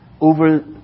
over